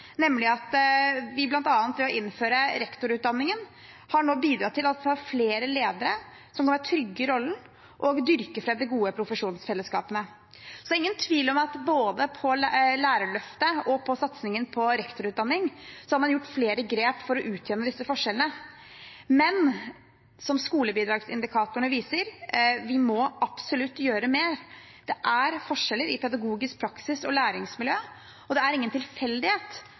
nemlig at vi bl.a. ved å innføre rektorutdanningen har bidratt til at vi har flere ledere som er trygge i rollen og kan dyrke fram de gode profesjonsfellesskapene. Det er ingen tvil om at både på Lærerløftet og i satsingen på rektorutdanning har man tatt flere grep for å utjevne disse forskjellene. Men som skolebidragsindikatorene viser, må vi absolutt gjøre mer. Det er forskjeller i pedagogisk praksis og læringsmiljø, og det er ingen tilfeldighet